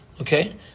Okay